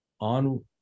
on